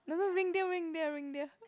no no reindeer reindeer reindeer